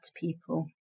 people